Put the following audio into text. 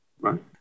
right